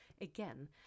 Again